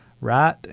right